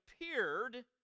appeared